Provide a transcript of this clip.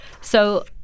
So-